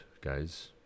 guys